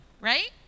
right